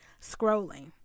scrolling